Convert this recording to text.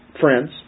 friends